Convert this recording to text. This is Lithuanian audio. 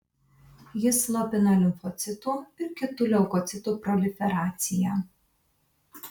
jis slopina limfocitų ir kitų leukocitų proliferaciją